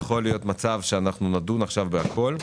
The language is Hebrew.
יכול להיות שנדון עכשיו בכול,